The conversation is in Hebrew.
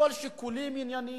לשקול שיקולים ענייניים.